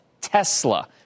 Tesla